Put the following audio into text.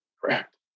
Correct